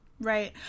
right